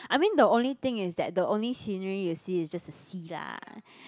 I mean the only thing is that the only scenery you see is just the sea lah